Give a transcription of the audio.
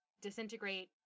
disintegrate